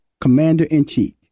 Commander-in-Chief